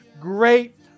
great